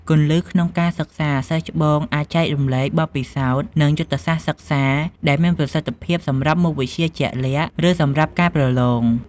គន្លឹះក្នុងការសិក្សា សិស្សច្បងអាចចែករំលែក បទពិសោធន៍ និង យុទ្ធសាស្ត្រសិក្សា ដែលមានប្រសិទ្ធភាពសម្រាប់មុខវិជ្ជាជាក់លាក់ ឬសម្រាប់ការប្រឡង។